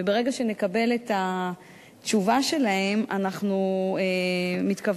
וברגע שנקבל את התשובה שלהם אנחנו מתכוונים